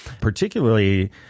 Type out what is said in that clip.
particularly